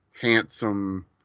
Handsome